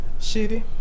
Shitty